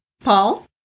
Paul